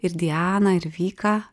ir diana ir vika